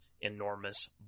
enormous